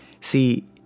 See